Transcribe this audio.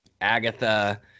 agatha